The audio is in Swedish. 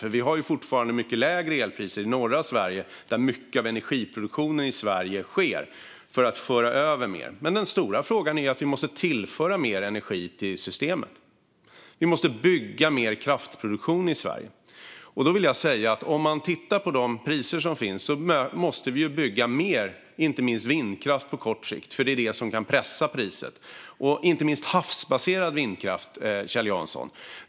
Det är fortfarande mycket lägre priser i norra Sverige där mycket av energiproduktionen i Sverige sker. Den stora frågan är att vi måste tillföra mer energi till systemet. Vi måste bygga mer kraftproduktion i Sverige. Då vill jag säga att vi med tanke på de priser som finns måste bygga mer inte minst vindkraft på kort sikt, för det är det som kan pressa priset. Det gäller inte minst havsbaserad vindkraft, Kjell Jansson.